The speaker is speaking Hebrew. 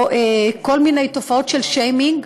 כל מיני תופעות של שיימינג,